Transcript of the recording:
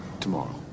Tomorrow